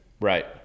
Right